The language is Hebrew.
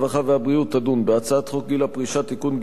הרווחה והבריאות תדון בהצעת חוק גיל פרישה (תיקון,